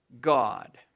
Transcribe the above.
God